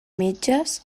metges